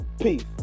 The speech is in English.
Peace